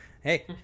hey